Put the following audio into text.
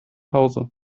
hause